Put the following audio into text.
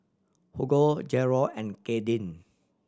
Hugo Jerold and Kadyn